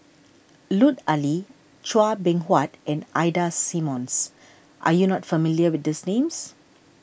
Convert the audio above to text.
Lut Ali Chua Beng Huat and Ida Simmons are you not familiar with these names